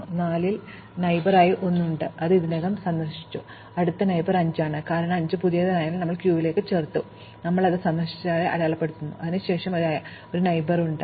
അതിനാൽ 4 അയൽക്കാരൻ 1 ഉണ്ട് അത് ഇതിനകം സന്ദർശിച്ചു അടുത്ത അയൽക്കാരൻ 5 ആണ് കാരണം 5 പുതിയതായതിനാൽ ഞങ്ങൾ ക്യൂവിലേക്ക് ചേർത്തു ഞങ്ങൾ അത് സന്ദർശിച്ചതായി അടയാളപ്പെടുത്തുന്നു അതിനുശേഷം അതിന് ഒരു അയൽവാസിയുമുണ്ട്